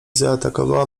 zaatakowała